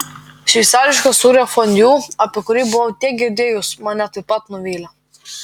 šveicariškas sūrio fondiu apie kurį buvau tiek girdėjus mane taip pat nuvylė